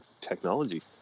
technology